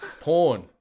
Porn